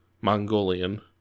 Mongolian